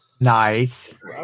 Nice